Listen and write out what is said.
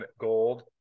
gold